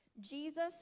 Jesus